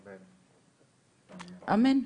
אמן.